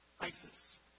ISIS